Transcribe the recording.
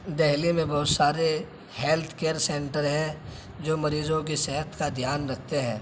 دہلی میں بہت سارے ہیلتھ کیئر سینٹر ہیں جو مریضوں کی صحت کا دھیان رکھتے ہیں